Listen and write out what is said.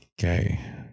Okay